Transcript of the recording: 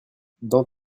dans